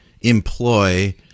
employ